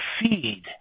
feed